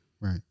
Right